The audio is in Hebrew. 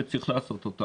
וצריך לעשות אותו.